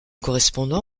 correspondant